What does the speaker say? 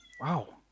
Wow